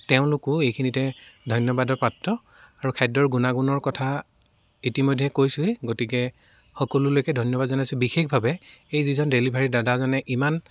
তেওঁলোকো এইখিনিতে ধন্য়বাদৰৰ পাত্ৰ আৰু খাদ্য়ৰ গুণা গুণৰ কথা ইতিমধ্য়ে কৈছোঁয়েই গতিকে সকলোলৈকে ধন্য়বাদ জনাইছোঁ বিশেষভাৱে সেই যিজন ডেলিভাৰী দাদাজনে ইমান